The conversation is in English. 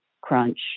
crunch